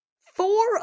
Four